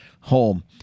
home